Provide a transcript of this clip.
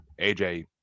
aj